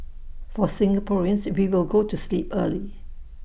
for Singaporeans we will go to sleep early